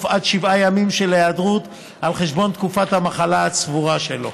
עד שבעה ימים של היעדרות על חשבון תקופת המחלה הצבורה שלו.